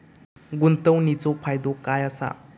गुंतवणीचो फायदो काय असा?